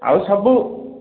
ଆଉ ସବୁ